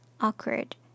awkward